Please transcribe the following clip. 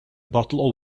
bottle